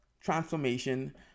transformation